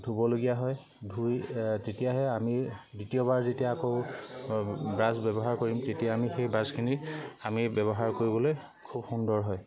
ধুবলগীয়া হয় ধুই তেতিয়াহে আমি দ্বিতীয়বাৰ যেতিয়া আকৌ ব্ৰাছ ব্যৱহাৰ কৰিম তেতিয়া আমি সেই ব্ৰাছখিনি আমি ব্যৱহাৰ কৰিবলৈ খুব সুন্দৰ হয়